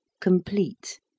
complete